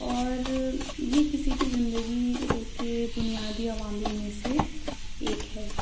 اور یہ کسی کی زندگی کے بنیادی عوامل میں سے ایک ہے